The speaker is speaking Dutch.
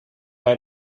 bij